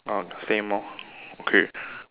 ah same lor okay